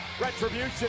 retribution